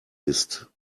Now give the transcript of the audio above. ist